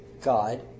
God